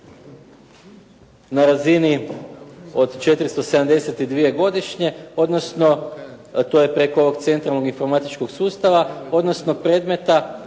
na razini od 472 godišnje, odnosno to je preko ovog centralnog informatičkog sustava, odnosno predmeta